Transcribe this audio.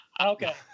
Okay